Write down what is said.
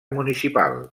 municipal